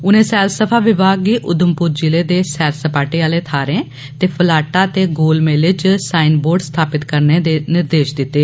उनें सैलसफा विभाग गी उधमपुर जिले दे सैर सपाटे आहले थ्हारें ते फलाटा ते गोल मेले च साईन बोर्ड स्थापन करने दे निर्देष दित्ते